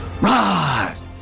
rise